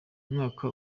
umwaka